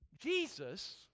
Jesus